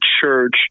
church